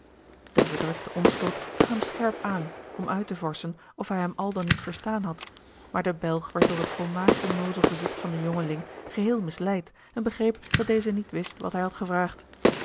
de verdrukte onschuld zag hem scherp aan om uit te vorschen of hij hem al dan niet verstaan had maar de belg werd door het volmaakt onnoozel gezigt van den jongeling geheel misleid en begreep dat deze niet wist wat hij had gevraagd